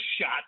shot